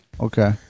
okay